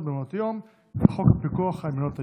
במעונות יום וחוק הפיקוח על מעונות היום.